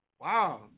Wow